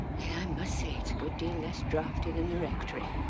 i must say it's a good deal less drafty than the rectory.